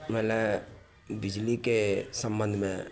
मने बिजलीके संबंधमे